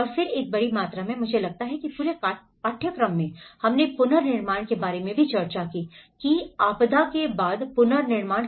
और फिर एक बड़ी मात्रा में मुझे लगता है कि पूरे पाठ्यक्रम में हमने पुनर्निर्माण के बारे में चर्चा की पोस्ट आपदा पुनर्निर्माण